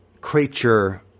creature